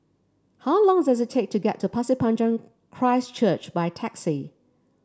how long does it take to get to Pasir Panjang Christ Church by taxi